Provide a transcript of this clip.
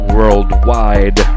Worldwide